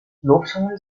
loopschoenen